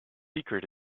secret